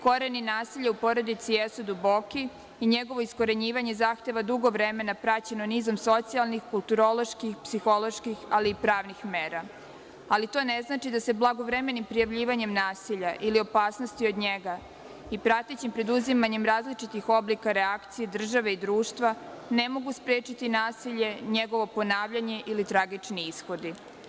Koreni nasilja u porodici jesu duboki i njegovo iskorenjivanje zahteva dugo vremena, praćeno nizom socijalnih, kulturoloških, psiholoških, ali i pravnih mera, ali to ne znači da se blagovremenim prijavljivanjem nasilja ili opasnosti od njega i pratećim preduzimanjem različitih oblika reakcije države i društva ne mogu sprečiti nasilje, njegovo ponavljanje ili tragični ishodi.